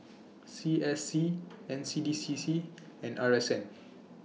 C S C N C D C C and R S N